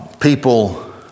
People